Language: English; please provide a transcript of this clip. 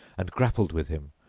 and grappled with him.